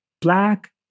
black